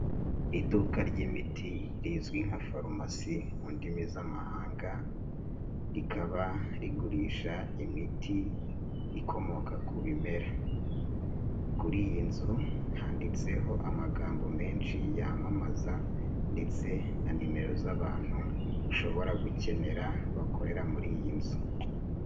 Iduka ry'imiti rizwi nka farumasi mu ndimi z'amahanga, rikaba rigurisha imiti ikomoka ku bimera, kuri iyi nzu handitseho amagambo menshi yamamaza ndetse na nimero z'abantu ushobora gukenera bakorera muri iyi nzu.